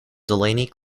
delaney